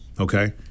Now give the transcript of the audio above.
Okay